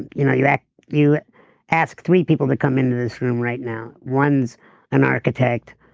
you know you asked you asked three people to come into this room right now, one's an architect,